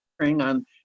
on